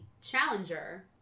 challenger